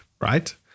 right